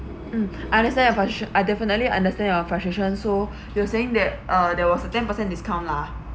mm I understand your frust~ I definitely understand your frustration so you are saying that uh there was a ten percent discount lah